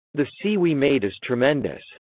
the c we made is tremendous,